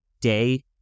day